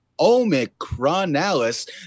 omicronalis